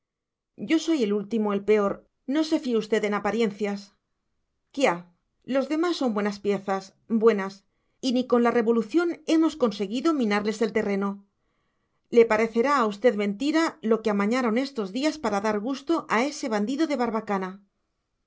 yo soy el último el peor no se fíe usted en apariencias quiá los demás son buenas piezas buenas y ni con la revolución hemos conseguido minarles el terreno le parecerá a usted mentira lo que amañaron estos días para dar gusto a ese bandido de barbacana